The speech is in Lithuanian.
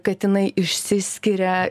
kad jinai išsiskiria